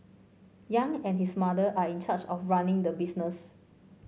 Yang and his mother are in charge of running the business